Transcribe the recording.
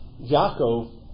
Yaakov